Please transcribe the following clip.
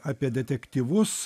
apie detektyvus